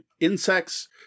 Insects